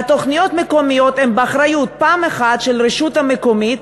והתוכניות המקומיות הן באחריות פעם אחת של הרשות המקומית,